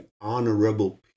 honorable